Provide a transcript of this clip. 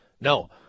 No